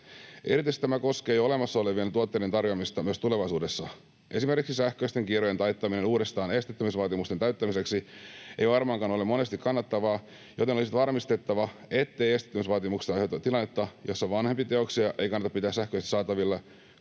Erityisesti tämä koskee jo olemassa olevien tuotteiden tarjoamista myös tulevaisuudessa. Esimerkiksi sähköisten kirjojen taittaminen uudestaan esteettömyysvaatimusten täyttämiseksi ei varmaankaan ole monesti kannattavaa, joten olisi varmistettava, ettei esteettömyysvaatimuksista aiheudu tilannetta, jossa vanhempia teoksia ei kannata pitää sähköisesti saatavilla,